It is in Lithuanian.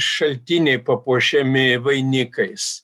šaltiniai papuošiami vainikais